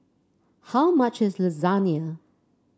how much is Lasagne